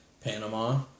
Panama